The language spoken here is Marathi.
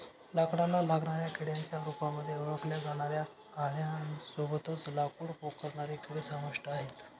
लाकडाला लागणाऱ्या किड्यांच्या रूपामध्ये ओळखल्या जाणाऱ्या आळ्यां सोबतच लाकूड पोखरणारे किडे समाविष्ट आहे